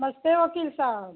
नमस्ते वकील साहब